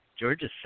Georgia